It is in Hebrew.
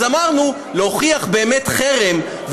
אז אמרנו: להוכיח באמת חרם,